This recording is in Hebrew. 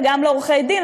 וגם לעורכי דין,